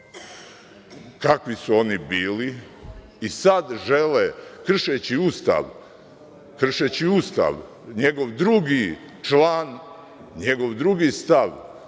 kakvi su oni bili i sada žele kršeći Ustav, njegov drugi član, njegov drugi stav,